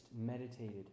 meditated